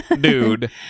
dude